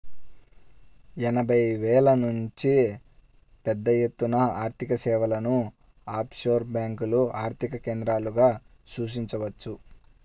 ఎనభైల నుంచే పెద్దఎత్తున ఆర్థికసేవలను ఆఫ్షోర్ బ్యేంకులు ఆర్థిక కేంద్రాలుగా సూచించవచ్చు